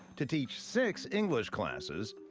to teach six english classes,